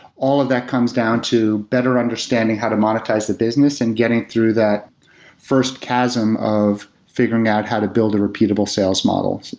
all of that comes down to better understanding how to monetize the business and getting through that first chasm of figuring out how to build a repeatable sales model.